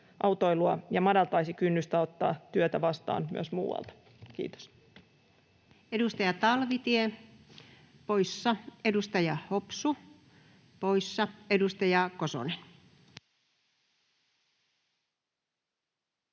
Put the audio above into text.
ja madaltaisi kynnystä ottaa työtä vastaan myös muualta. — Kiitos. Edustaja Talvitie poissa, edustaja Hopsu poissa. — Edustaja Kosonen.